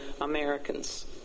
Americans